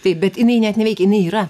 taip bet jinai net neveikia jinai yra